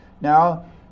now